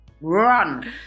run